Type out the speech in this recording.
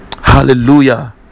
Hallelujah